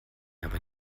aber